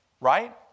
Right